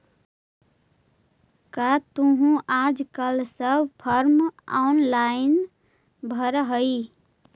का तुहूँ आजकल सब फॉर्म ऑनेलाइन भरऽ हही?